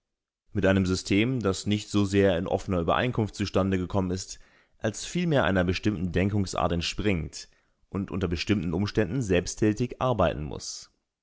mit einem system das nicht so sehr in offener übereinkunft zustande gekommen ist als vielmehr einer bestimmten denkungsart entspringt und unter bestimmten umständen selbsttätig arbeiten muß